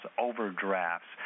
overdrafts